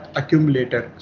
accumulator